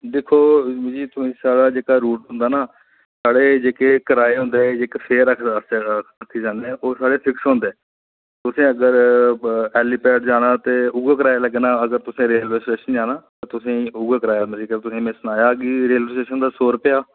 दिक्खो जी साढ़ा जेहड़ा रुटस होंदा ना साढ़े जेहके किराए होंदे जेह्के फेयर आक्खी लैन्ने ओह् साढ़े फिक्स होंदे तुसें अगर हैलीपैड जाना होऐ ते किराया लग्गना अगर तुसें रेलबे स्टेशन जाना तुसें गी उ'ऐ किराया लग्गी जाना में तुसें सनाया के रेलबे स्टेशन दा सौ रुपया